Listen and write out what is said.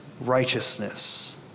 righteousness